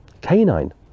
canine